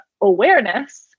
awareness